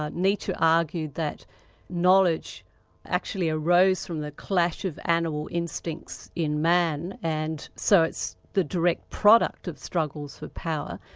ah nietzsche argued that knowledge actually arose from the clash of animal instincts in man and so it's the direct product of struggles for power.